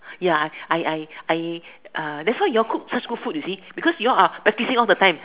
ya I I I I that's why you all cook such good food you see because you all are practicing all the time